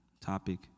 topic